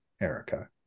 Erica